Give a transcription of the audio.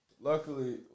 Luckily